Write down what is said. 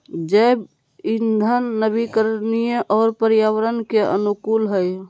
जैव इंधन नवीकरणीय और पर्यावरण के अनुकूल हइ